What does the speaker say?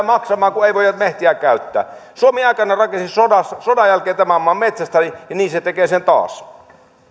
maksamaan kun ei voida metsiä käyttää suomi aikanaan rakensi sodan sodan jälkeen tämän maan metsästä ja niin se tekee sen taas